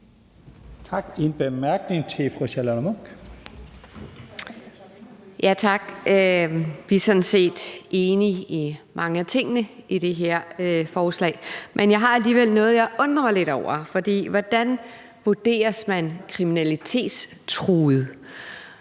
Charlotte Munch. Kl. 12:27 Charlotte Munch (DD): Tak. Vi er sådan set enige i mange af tingene i det her forslag, men jeg har alligevel noget, jeg undrer mig lidt over, for hvordan vurderes man kriminalitetstruet?